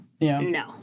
no